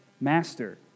Master